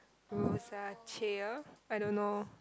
Rosacea I don't know